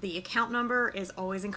the account number is always